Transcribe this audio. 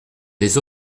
des